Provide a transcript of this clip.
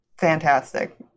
Fantastic